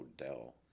O'Dell